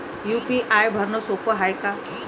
UPI भरनं सोप हाय का?